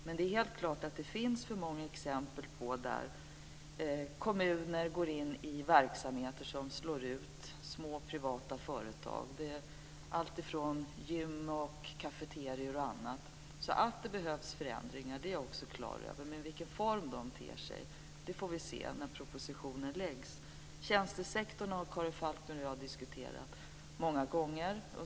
Men det är helt klart att det finns för många exempel där kommuner går in i verksamheter och detta slår ut små privata företag. Det gäller gym, cafeterior och annat. Att det behövs förändringar är jag också klar över, men vilken form de ska ha får vi se när propositionen läggs fram. Tjänstesektorn har Karin Falkmer och jag diskuterat många gånger.